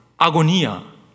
agonia